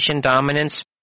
dominance